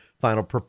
final